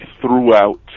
throughout